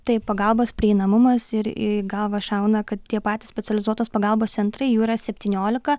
taip pagalbos prieinamumas ir į galvą šauna kad tie patys specializuotos pagalbos centrai jų yra septyniolika